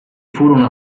furono